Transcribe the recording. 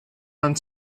want